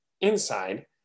inside